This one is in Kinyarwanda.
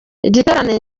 igiterane